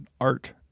art